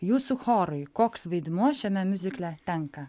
jūsų chorui koks vaidmuo šiame miuzikle tenka